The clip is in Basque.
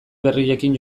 berriekin